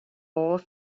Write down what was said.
all